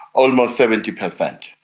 almost seventy percent.